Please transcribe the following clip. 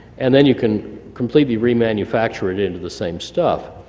and then you can completely remanufacture it into the same stuff,